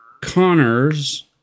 Connors